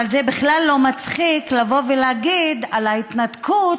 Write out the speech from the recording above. אבל זה בכלל לא מצחיק לבוא ולהגיד על ההתנתקות